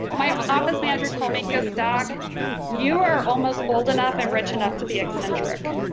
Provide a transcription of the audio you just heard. my office manager told me he goes doc you are almost old enough and rich enough to be eccentric